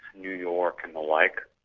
new york and the like.